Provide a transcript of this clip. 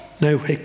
no